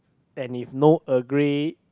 and if no Earl Grey